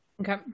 Okay